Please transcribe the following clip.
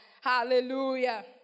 Hallelujah